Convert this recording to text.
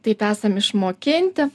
taip esam išmokinti